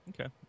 okay